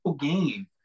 game